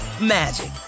magic